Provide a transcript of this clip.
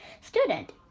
student